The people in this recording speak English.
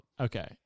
Okay